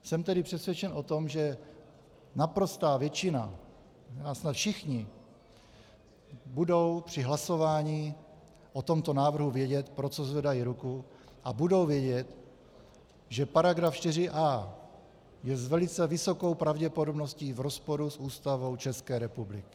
Jsem tedy přesvědčen o tom, že naprostá většina, snad všichni, budou při hlasování o tomto návrhu vědět, pro co zvedají ruku, a budou vědět, že § 4a je s velice vysokou pravděpodobností v rozporu s Ústavou České republiky.